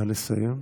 נא לסיים.